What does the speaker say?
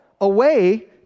away